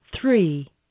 three